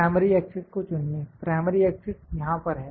primary access को चुनिए primary access यहां पर है